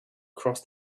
cross